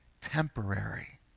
temporary